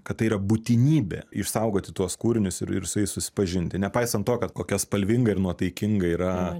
kad tai yra būtinybė išsaugoti tuos kūrinius ir su jais susipažinti nepaisant to kad kokia spalvinga ir nuotaikinga yra